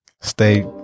stay